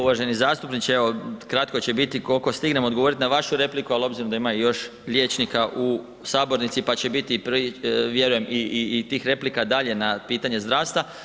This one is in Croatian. Uvaženi zastupniče, evo kratko će biti koliko stignem odgovoriti na vašu repliku ali obzirom da ima još liječnika u sabornici pa će biti vjerujem i tih replika dalje na pitanje zdravstva.